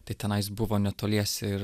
tai tenais buvo netoliese ir